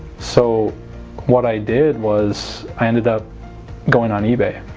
so what i did was i ended up going on ebay